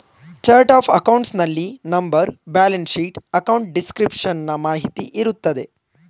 chart of accounts ನಲ್ಲಿ number, balance sheet, account description ನ ಮಾಹಿತಿ ಇರುತ್ತದೆ